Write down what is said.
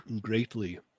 greatly